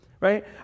right